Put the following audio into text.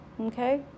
okay